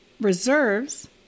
reserves